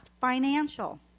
financial